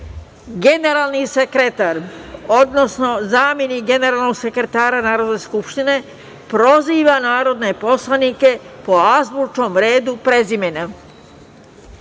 generalni sekretar, odnosno zamenik generalnog sekretara Narodne skupštine, proziva narodne poslanike po azbučnom redu prezimena. Svaki